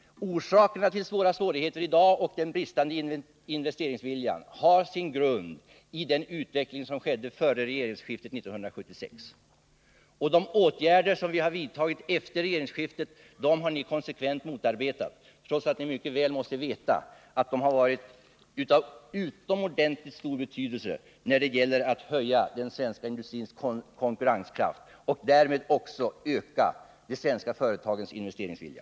Våra svårigheter i dag och den bristande investeringsviljan har sin grund i den utveckling som skedde före regeringsskiftet 1976. De åtgärder som vi har vidtagit efter regeringsskiftet har ni konsekvent motarbetat, trots att ni mycket väl måste veta att de har varit av utomordentligt stor betydelse när det gäller att höja den svenska industrins konkurrenskraft och därmed också öka de svenska företagens investeringsvilja.